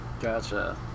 gotcha